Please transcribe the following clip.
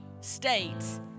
states